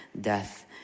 death